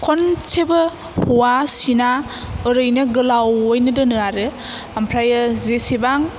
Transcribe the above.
खनसेबो हआ सिना ओरैनो गोलावयैनो दोनो आरो ओमफ्रायो जेसेबां